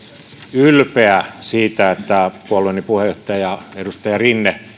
ylpeä siitä että puolueeni puheenjohtaja edustaja rinne